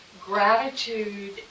gratitude